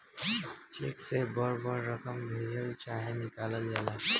check से बड़ बड़ रकम भेजल चाहे निकालल जाला